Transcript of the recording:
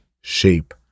shape